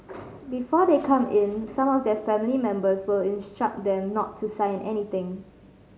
before they come in some of their family members will instruct them not to sign anything